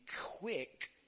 quick